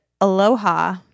Aloha